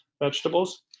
vegetables